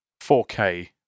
4K